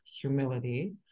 humility